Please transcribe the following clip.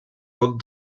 poc